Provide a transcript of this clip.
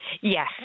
Yes